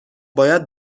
باید